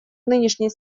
нынешней